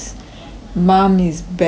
mom is back